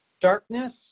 Darkness